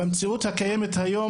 במציאות הקיימת היום,